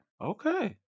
Okay